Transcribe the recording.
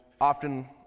often